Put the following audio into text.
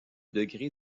degré